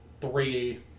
three